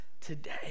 today